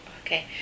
Okay